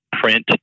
print